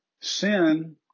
Sin